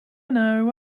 know